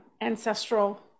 ancestral